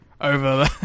over